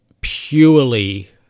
purely